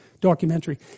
documentary